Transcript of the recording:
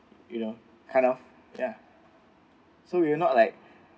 you know kind of so we were not like